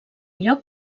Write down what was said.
lloc